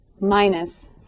minus